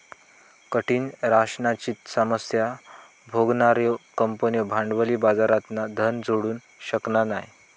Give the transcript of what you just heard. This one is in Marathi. कठीण राशनाची समस्या भोगणार्यो कंपन्यो भांडवली बाजारातना धन जोडू शकना नाय